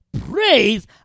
praise